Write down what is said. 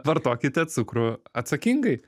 vartokite cukrų atsakingai